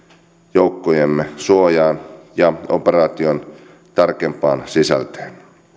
joukkojemme suojaan ja operaation tarkempaan sisältöön